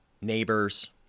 neighbors